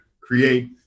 create